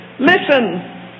Listen